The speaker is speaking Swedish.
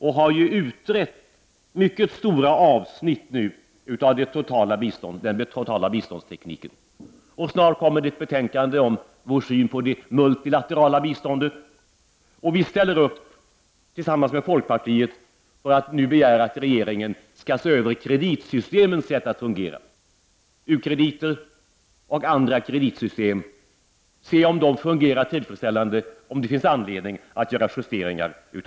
Vi har utrett mycket stora avsnitt av den totala biståndspolitiken. Snart kommer ett betänkande om vår syn på det multilaterala biståndet. Vi ställer upp tillsammans med folkpartiet på att begära att regeringen skall se över kreditsystemen — u-krediter och andra kreditsystem — och undersöka om de fungerar tillfredsställande och om det finns anledningar till justeringar.